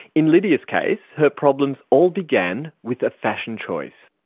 in lydija's case, her problems all began with a fashion choice.